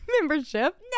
Membership